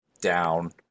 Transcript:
down